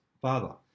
father